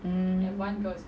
mm